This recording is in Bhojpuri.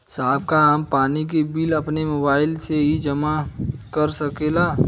साहब का हम पानी के बिल अपने मोबाइल से ही जमा कर सकेला?